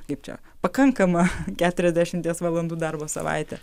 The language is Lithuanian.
kaip čia pakankamą keturiasdešimties valandų darbo savaitę